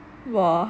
!wah!